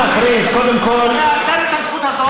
תיתן לי את הזכות הזאת.